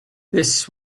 this